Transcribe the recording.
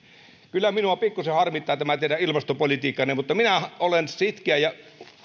kyllä minua pikkusen harmittaa tämä teidän ilmastopolitiikkanne mutta minä olen sitkeä ja